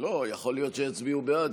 יכול להיות שיצביעו בעד.